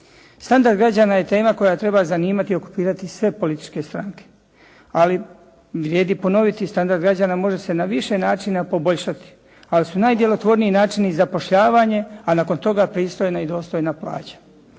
Standard građana je tema koja treba zanimati i okupirati sve političke stranke, ali vrijedi ponoviti standard građana može se na više načina poboljšati, ali su najdjelotvorniji načini zapošljavanje, a nakon toga pristojna i dostojna plaća.